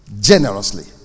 generously